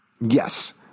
Yes